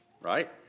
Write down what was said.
right